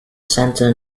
center